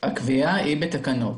הקביעה היא בתקנות.